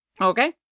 Okay